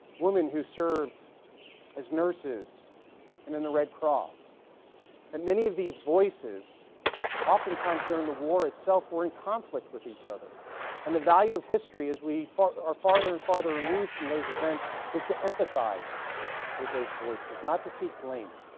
women who served as nurses and in the red cross and many of these voices often times during the war itself were in conflict with each other and the value of history is we are farther and farther removed from those events is to empathize with those voices not to seek blame